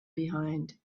behind